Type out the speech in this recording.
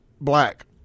black